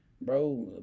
bro